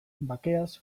bakeaz